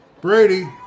Brady